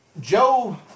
Joe